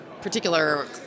particular